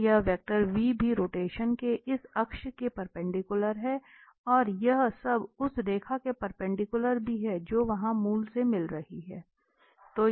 तो यह वेक्टर भी रोटेशन के इस अक्ष के परपेंडिकुलर है और यह सब उस रेखा के परपेंडिकुलर भी है जो वहां मूल से मिल रही है